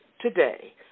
today